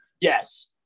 yes